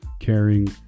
caring